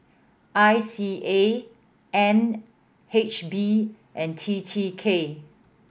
I C A N H B and T T K